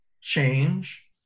change